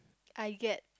I get